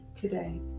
today